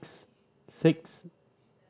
six